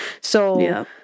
So-